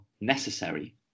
necessary